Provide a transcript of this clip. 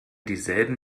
dieselben